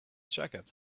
jacket